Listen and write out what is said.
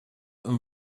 een